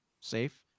safe